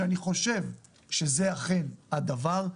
שאני חושב שזה אכן הדבר,